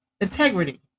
integrity